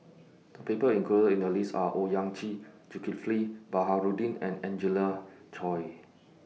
The People included in The list Are Owyang Chi Zulkifli Baharudin and Angelina Chory